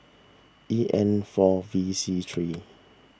E N four V C three